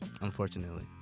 unfortunately